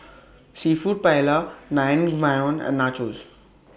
Seafood Paella Naengmyeon and Nachos